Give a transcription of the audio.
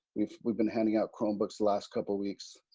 we've we've been handing out chromebooks the last couple of weeks,